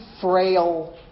frail